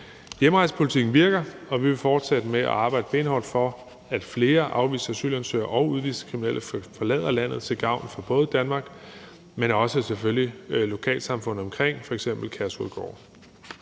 Hjemrejsepolitikken virker, og vi vil fortsætte med at arbejde benhårdt for, at flere afviste asylansøgere og udviste kriminelle forlader landet til gavn for både Danmark, men selvfølgelig også lokalsamfundet omkring f.eks. Kærshovedgård.